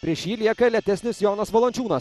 prieš jį lieka lėtesnis jonas valančiūnas